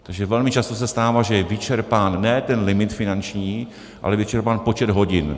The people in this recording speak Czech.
Takže velmi často se stává, že je vyčerpán ne ten limit finanční, ale je vyčerpán počet hodin.